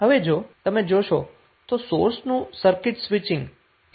હવે જો તમે જોશો તો સોર્સનુ આ સર્કિટ સ્વિચીંગ એટલે શુ